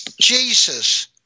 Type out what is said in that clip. Jesus